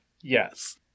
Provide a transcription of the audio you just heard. Yes